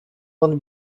not